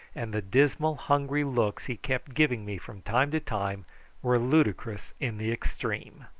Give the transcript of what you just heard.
and the dismal hungry looks he kept giving me from time to time were ludicrous in the extreme.